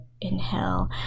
inhale